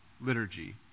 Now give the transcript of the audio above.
liturgy